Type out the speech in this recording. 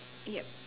ya